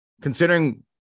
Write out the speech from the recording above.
considering